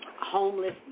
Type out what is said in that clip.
Homeless